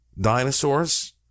dinosaurs